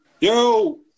Yo